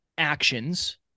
actions